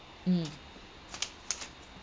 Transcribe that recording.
mm